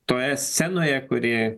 toje scenoje kuri